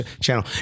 channel